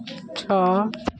छः